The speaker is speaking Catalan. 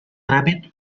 tràmit